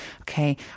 Okay